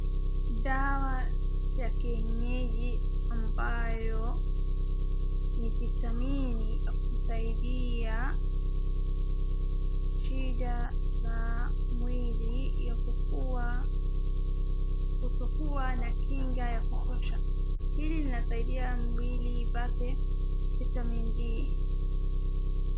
Dawa ya kienyeji ambayo ni vitamini husaidia shida za mwili ya kukuwa, kutokuwa na kinga ya kutosha. Hili linasaidia mwili ipate vitamin D .